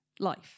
life